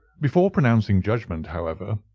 before pronouncing judgment, however,